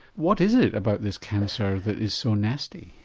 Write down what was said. what is it about this cancer that is so nasty?